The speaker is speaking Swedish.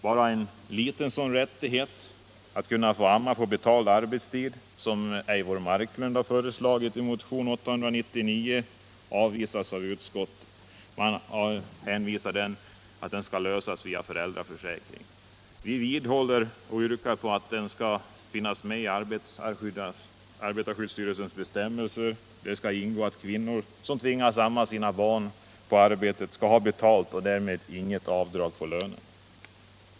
Redan en liten sådan rättighet — att få amma på betald arbetstid, som Eivor Marklund har föreslagit i motion 899 — avvisas av utskottet, som hänvisar till att frågan får lösas via föräldraförsäkringen. Vi yrkar på att det i arbetarskyddsstyrelsens bestämmelser skall ingå att kvinnor som tvingas amma sina barn på arbetet skall ha betalt och därmed inte få något avdrag på lönen.